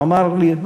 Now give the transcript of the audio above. והוא אמר לי,